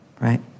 right